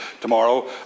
tomorrow